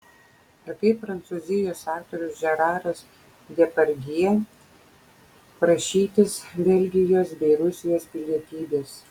ar kaip prancūzijos aktorius žeraras depardjė prašytis belgijos bei rusijos pilietybės